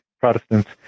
Protestants